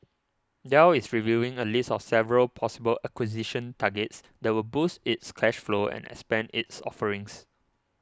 Dell is reviewing a list of several possible acquisition targets that would boost its cash flow and expand its offerings